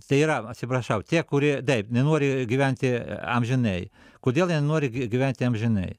tai yra atsiprašau tie kurie taip nenori gyventi amžinai kodėl jie nenori gyventi amžinai